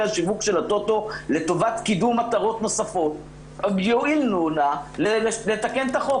השיווק של הטוטו לטובת קידום מטרות נוספות יואילו נא לתקן את החוק.